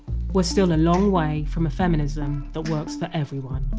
we're still a long way from a feminism that works for everyone